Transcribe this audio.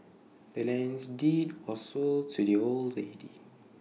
the land's deed was sold to the old lady